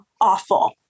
awful